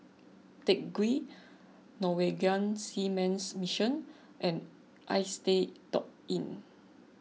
Teck Ghee Norwegian Seamen's Mission and Istay dot Inn